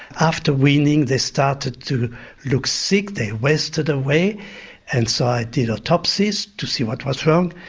after weaning they started to look sick, they wasted away and so i did autopsies to see what was wrong.